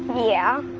yeah.